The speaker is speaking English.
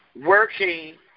working